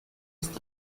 ist